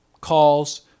calls